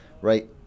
right